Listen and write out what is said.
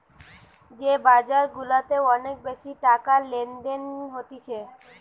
যে বাজার গুলাতে অনেক বেশি টাকার লেনদেন হতিছে